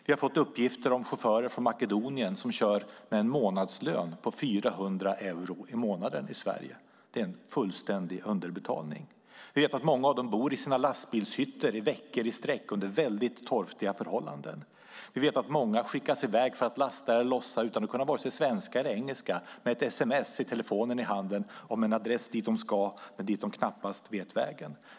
Vi har fått uppgifter om chaufförer från Makedonien som kör med en månadslön på 400 euro - i Sverige. Det är en fullständig underbetalning. Vi vet att många av dem bor i sina lastbilshytter i veckor i sträck, under väldigt torftiga förhållanden. Vi vet att många skickas i väg för att lasta eller lossa utan att kunna vare sig svenska eller engelska. De får ett sms till telefonen med en adress dit de ska men som de knappast vet vägen till.